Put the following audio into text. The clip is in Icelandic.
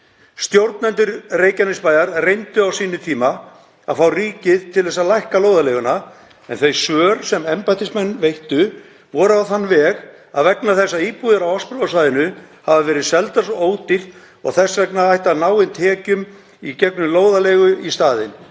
Stjórnendur Reykjanesbæjar reyndu á sínum tíma að fá ríkið til þess að lækka lóðarleiguna, en þau svör sem embættismenn veittu voru á þann veg að íbúðir á Ásbrúarsvæðinu hafi verið seldar svo ódýrt og þess vegna ætti að ná inn tekjum í gegnum lóðarleigu í staðinn.